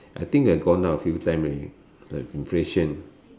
I think it gone up a few times already inflation